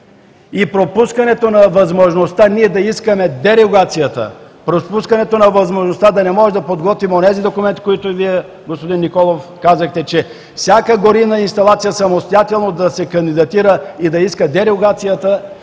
И пропускането на възможността ние да искаме дерогацията, пропускането на възможността да не може да подготвим онези документи, които Вие, господин Николов, казахте, че всяка горивна инсталация самостоятелно да се кандидатира и да иска дерогацията.